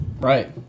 right